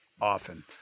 Often